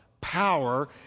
power